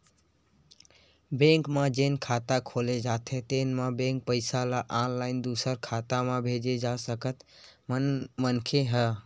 bank म जेन खाता खोले जाथे तेन म के पइसा ल ऑनलाईन दूसर खाता म भेजे जा सकथे मनखे ह